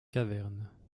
caverne